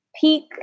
peak